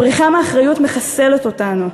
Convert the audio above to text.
הבריחה מאחריות מחסלת אותנו.